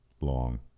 long